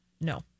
No